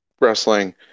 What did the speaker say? wrestling